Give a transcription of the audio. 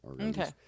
Okay